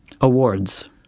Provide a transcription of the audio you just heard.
awards